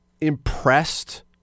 impressed